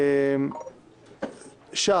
כאשר על חשבון כחול לבן יהיה שלמה קרעי,